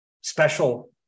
special